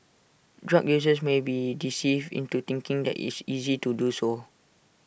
drug users may be deceived into thinking that IT is easy to do so